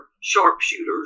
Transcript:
sharpshooters